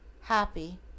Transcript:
happy